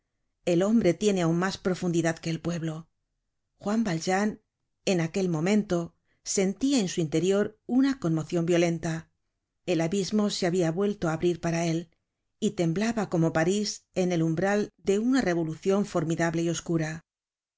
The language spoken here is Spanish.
el hombre tiene aun mas profundidad que el pueblo juan valjean en aquel momento sentia en su interior una conmocion violenta el abismo se habia vuelto á abrir para él y temblaba como parís en el umbral de una revolucion formidable y oscura